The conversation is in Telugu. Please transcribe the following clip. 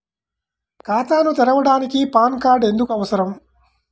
ఖాతాను తెరవడానికి పాన్ కార్డు ఎందుకు అవసరము?